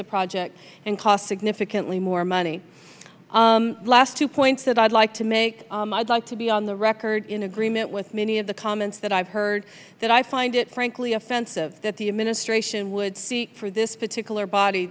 the project and cost significantly more money last two points that i'd like to make i'd like to be on the record in agreement with many of the comments that i've heard that i find it frankly offensive that the administration would seek for this particular body